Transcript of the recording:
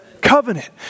Covenant